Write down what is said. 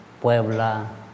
Puebla